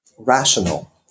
rational